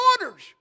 orders